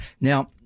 Now